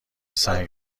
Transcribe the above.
سنگ